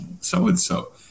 so-and-so